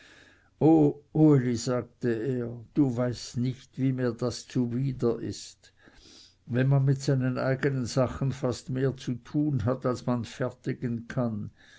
uli sagte er du weißt nicht wie mir das zuwider ist wenn man mit seinen eigenen sachen fast mehr zu tun hat als man fertigen kann